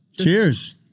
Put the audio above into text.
Cheers